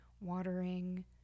watering